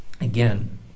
again